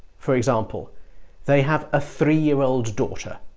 for example they have a three-year-old daughter